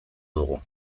dugu